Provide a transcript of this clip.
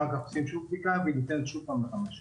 אחר כך עושים שוב בדיקה והיא ניתנת שוב לחמש שנים.